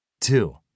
Two